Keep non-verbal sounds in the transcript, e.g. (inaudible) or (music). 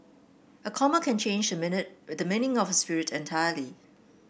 a comma can change minute (hesitation) the meaning of a spirit entirely